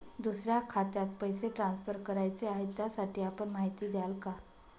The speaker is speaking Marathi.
दुसऱ्या खात्यात पैसे ट्रान्सफर करायचे आहेत, त्यासाठी आपण माहिती द्याल का?